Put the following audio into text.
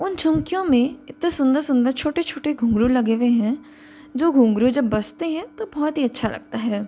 उन झुमकियों में इतने सुन्दर सुन्दर छोटे छोटे घुंघरू लगे हुए हैं जो घुंघरू जब बजते हैं तो बहुत ही अच्छा लगता है